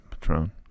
Patron